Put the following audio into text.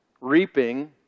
reaping